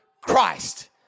Christ